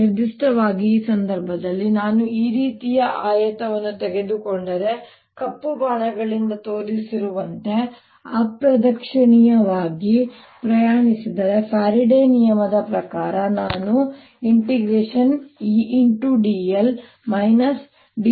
ನಿರ್ದಿಷ್ಟವಾಗಿ ಈ ಸಂದರ್ಭದಲ್ಲಿ ನಾನು ಈ ರೀತಿಯ ಆಯತವನ್ನು ತೆಗೆದುಕೊಂಡರೆ ಕಪ್ಪು ಬಾಣಗಳಿಂದ ತೋರಿಸಿರುವಂತೆ ಅಪ್ರದಕ್ಷಿಣಾಕಾರವಾಗಿ ಪ್ರಯಾಣಿಸಿದರೆ ಫ್ಯಾರಡೆ ನಿಯಮದ ಪ್ರಕಾರ ನಾನು E